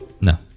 no